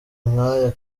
nk’aya